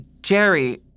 Jerry